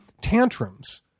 tantrums